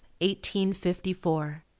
1854